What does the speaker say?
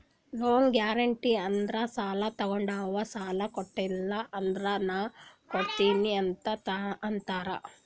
loan guarantee ಅಂದುರ್ ಸಾಲಾ ತೊಗೊಂಡಾವ್ ಸಾಲಾ ಕೊಟಿಲ್ಲ ಅಂದುರ್ ನಾ ಕೊಡ್ತೀನಿ ಅಂತ್ ಅಂತಾರ್